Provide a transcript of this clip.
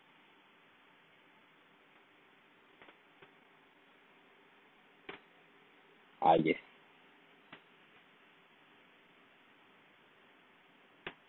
uh yes